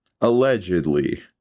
Allegedly